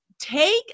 Take